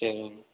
சரிங்க